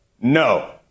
No